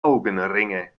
augenringe